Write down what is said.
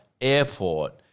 Airport